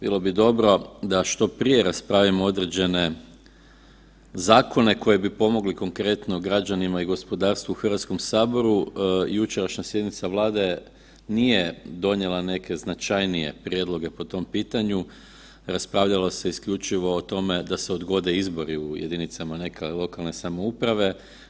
Bilo bi dobro da što prije raspravljamo određene zakone koji bi pomogli konkretno građanima i gospodarstvu u HS-u. jučerašnja sjednica Vlade nije donijela neke značajnije prijedloge po tom pitanju, raspravljalo se isključivo o tome da se odgode izbori u jedinicama neke lokalne samouprave.